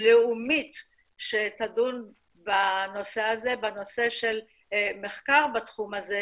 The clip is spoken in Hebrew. לאומית שתדון בנושא של מחקר בתחום הזה,